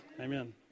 Amen